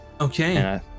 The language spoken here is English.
Okay